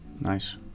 nice